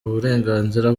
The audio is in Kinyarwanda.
uburenganzira